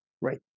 Right